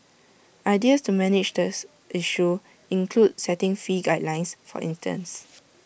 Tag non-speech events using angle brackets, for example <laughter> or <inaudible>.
ideas to manage this issue include setting fee guidelines for <noise> instance